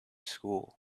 school